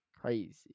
crazy